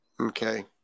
Okay